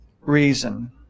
reason